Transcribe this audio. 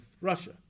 Russia